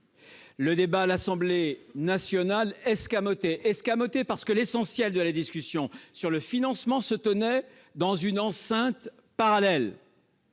un débat à l'Assemblée nationale escamoté, parce que l'essentiel de la discussion sur le financement se tenait dans une enceinte parallèle,